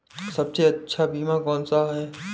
सबसे अच्छा बीमा कौनसा है?